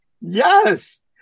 yes